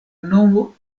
nomo